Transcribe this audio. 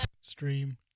Stream